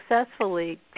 successfully